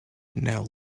now